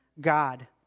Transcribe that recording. God